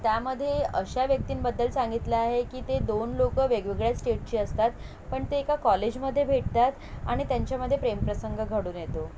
त्यामध्ये अशा व्यक्तींबद्दल सांगितलं आहे की ते दोन लोक वेगवेगळ्या स्टेटची असतात पण ते एका कॉलेजमध्ये भेटतात आणि त्यांच्यामध्ये प्रेमप्रसंग घडून येतो